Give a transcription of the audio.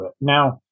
Now